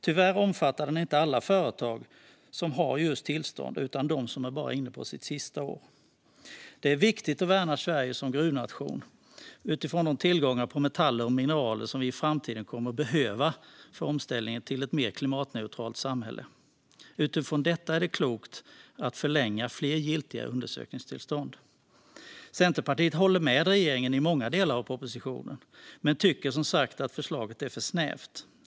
Tyvärr omfattar den inte alla företag som har just tillstånd utan bara dem som är inne på sitt sista år. Det är viktigt att värna Sverige som gruvnation utifrån de tillgångar på metaller och mineral som vi i framtiden kommer att behöva för omställningen till ett mer klimatneutralt samhälle. Utifrån detta är det klokt att förlänga fler giltiga undersökningstillstånd. Centerpartiet håller med regeringen i fråga om många delar av propositionen men tycker som sagt att förslaget är för snävt.